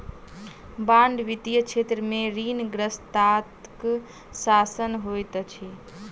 bond वित्तीय क्षेत्र में ऋणग्रस्तताक साधन होइत अछि